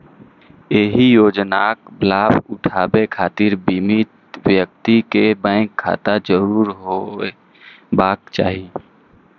एहि योजनाक लाभ उठाबै खातिर बीमित व्यक्ति कें बैंक खाता जरूर होयबाक चाही